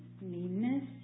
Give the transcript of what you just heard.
Meanness